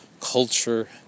culture